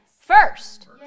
first